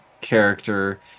character